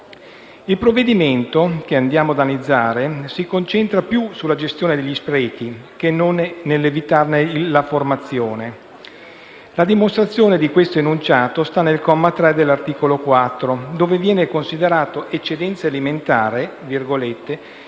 Il provvedimento che andiamo ad analizzare si concentra più sulla gestione degli sprechi, che sull'evitarne la formazione. La dimostrazione di questo enunciato sta nel comma 3 dell'articolo 4, dove vengono considerati eccedenza alimentare «i prodotti